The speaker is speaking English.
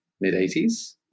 mid-80s